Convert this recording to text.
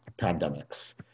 pandemics